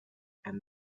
and